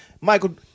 Michael